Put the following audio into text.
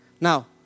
Now